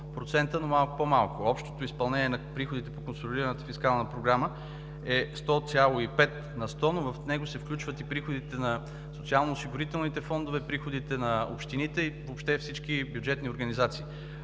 до 100%, но малко по-малко. Общото изпълнение на приходите по консолидираната фискална програма е 100,5 на сто, но в него се включват и приходите на социалноосигурителните фондове, приходите на общините, и въобще всички бюджетни организации.